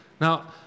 Now